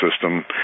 system